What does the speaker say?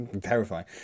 terrifying